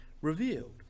revealed